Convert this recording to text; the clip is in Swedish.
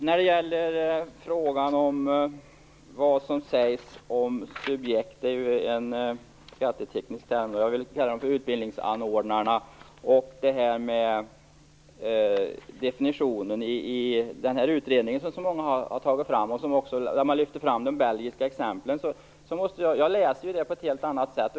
Fru talman! Subjekt är ju en skatteteknisk term. Jag vill kalla det utbildningsanordnare. När det gäller definitionen i den utredning som många har tagit fram och där de belgiska exemplen lyfts fram, måste jag säga att jag läser det på ett helt annat sätt.